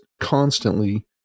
constantly